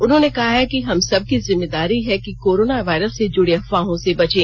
उन्होंने कहा है कि हम सबकी जिम्मेदारी है कि कोरोना वायरस से जुड़ी अफवाहों से बचें